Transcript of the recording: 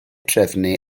trefnu